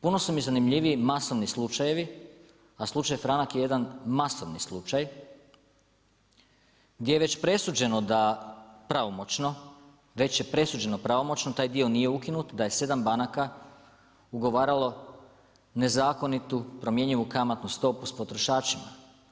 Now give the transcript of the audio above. Puno su mi zanimljiviji masovni slučajevi, a slučaj franak je jedan masovni slučaj, gdje je već presuđeno da pravomoćno, već je presuđeno pravomoćno, taj dio nije ukinut, da je 7 banaka ugovaralo nezakonitu promjenjivu kamatnu stopu s potrošačima.